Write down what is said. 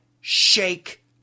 shake